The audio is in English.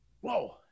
Whoa